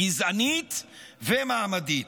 גזענית ומעמדית,